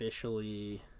officially